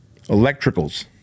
electricals